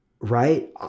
right